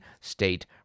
state